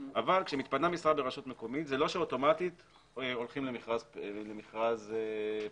אבל כשמתפנה משרה ברשות מקומית זה לא אוטומטית הולכים למכרז פומבי,